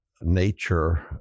nature